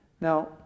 Now